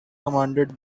commanded